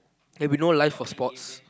there will be no life for sports